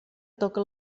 toca